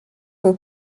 for